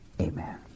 Amen